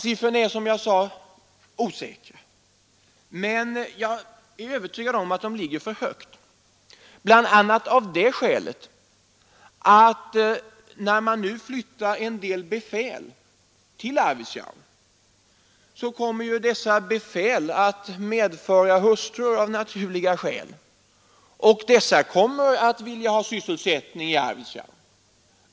Siffrorna är, som jag sade, osäkra, men jag är övertygad om att de ligger för högt — bl.a. därför att de befäl man nu flyttar till Arvidsjaur av naturliga skäl kommer att medföra hustrur, som kommer att vilja ha sysselsättning i Arvidsjaur.